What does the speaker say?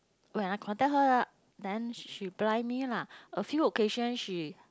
when I contact her then she she reply lah a few occasion she